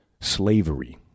Slavery